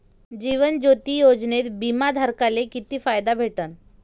जीवन ज्योती योजनेत बिमा धारकाले किती फायदा भेटन?